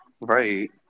Right